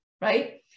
right